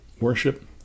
worship